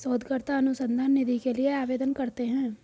शोधकर्ता अनुसंधान निधि के लिए आवेदन करते हैं